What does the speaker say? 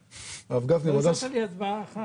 --- על כל ההסתייגויות, לא השארת לי הצבעה אחת.